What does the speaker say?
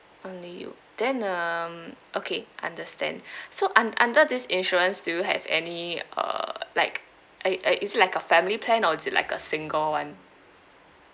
only you then um okay understand so un~ under this insurance do you have any uh like a a is it like a family plan or is it like a single one